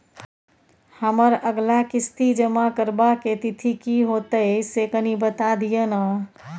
हमर अगला किस्ती जमा करबा के तिथि की होतै से कनी बता दिय न?